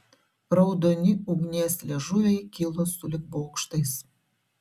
raudoni ugnies liežuviai kilo sulig bokštais